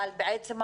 מכל מקום,